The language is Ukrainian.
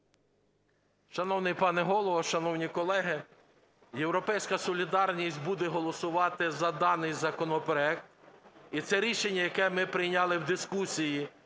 Шановний пане Голово, шановні колеги! "Європейська солідарність" буде голосувати за даний законопроект. І це рішення, яке ми прийняли в дискусії